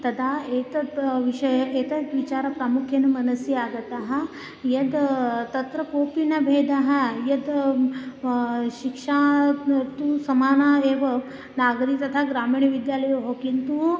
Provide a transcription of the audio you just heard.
तदा एतत् विषय एतत् विचारप्रामुख्येन मनसि आगतः यद् तत्र कोपि न भेदः यद् शिक्षा तु समाना एव नागरी तथा ग्रामीणविद्यालये किन्तु